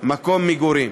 מקום מגורים.